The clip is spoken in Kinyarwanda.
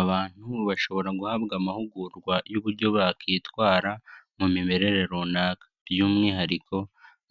Abantu bashobora guhabwa amahugurwa y'uburyo bakwitwara mu mimerere runaka, by'umwihariko